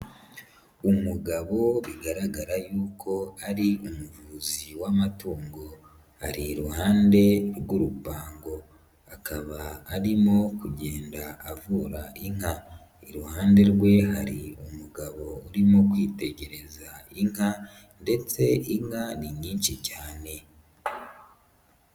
Umugabo bigaragara yuko ari umuvuzi w'amatungo ari iruhande rw'urupango akaba arimo kugenda avura inka, iruhande rwe hari umugabo urimo kwitegereza inka ndetse inka ni nyinshi cyane.